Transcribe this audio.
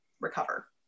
recover